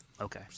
Okay